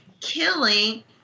killing